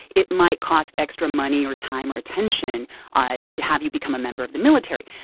it might cost extra money or time or attention ah to have you become a member of the military.